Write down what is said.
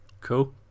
cool